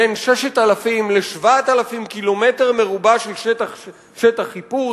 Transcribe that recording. בין 6,000 ל-7,000 קילומטר רבוע של שטח חיפוש?